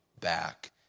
back